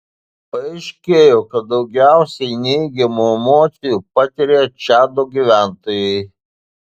paaiškėjo kad daugiausiai neigiamų emocijų patiria čado gyventojai